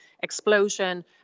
explosion